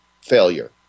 failure